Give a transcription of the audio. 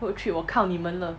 road trip 我靠你们了